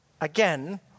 again